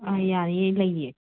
ꯑꯥ ꯌꯥꯔꯦꯌꯦ ꯂꯩꯌꯦ